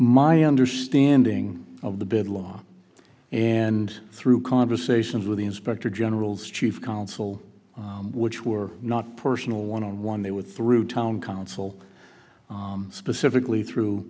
my understanding of the bid law and through conversations with the inspector general's chief counsel which were not personal one on one they were through town council specifically through